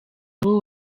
abo